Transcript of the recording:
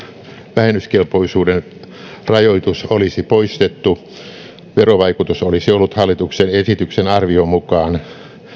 vähennyskelpoisuuden rajoitus olisi poistettu verovaikutus olisi ollut hallituksen esityksen arvion mukaan